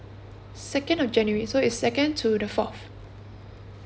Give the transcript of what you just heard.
second of january so it's second to the fourth